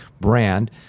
brand